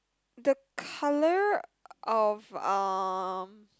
the colour of uh